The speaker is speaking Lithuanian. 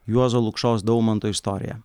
juozo lukšos daumanto istorija